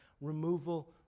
Removal